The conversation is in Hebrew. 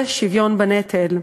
זה שוויון בנטל.